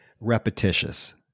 repetitious